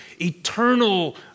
eternal